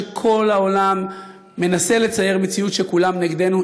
שכל העולם מנסה לצייר מציאות שכולם נגדנו,